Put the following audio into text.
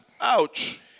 Ouch